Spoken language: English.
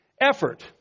effort